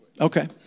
Okay